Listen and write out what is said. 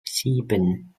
sieben